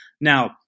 Now